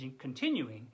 continuing